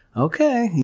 okay,